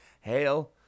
hail